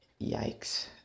Yikes